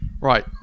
Right